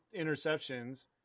interceptions